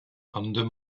under